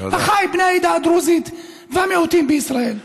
אחיי בני העדה הדרוזית והמיעוטים בישראל.